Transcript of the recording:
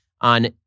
on